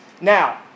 now